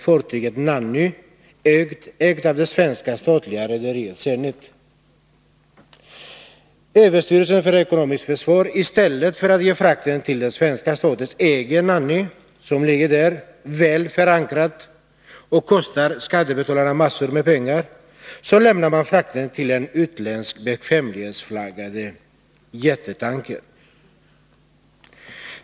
Fartyget ägs av det svenska statliga rederiet Zenit. I stället för att låta den svenska statens egen tanker Nanny få lasten — fartyget låg ju väl förankrat i Arabiska viken, och det kostar skattebetalarna en mängd pengar — överlåter överstyrelsen för ekonomiskt försvar frakten till en utländsk bekvämlighetsflaggad jättetanker.